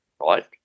right